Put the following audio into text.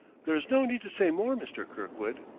there's no need to say more, mr. kirkwood,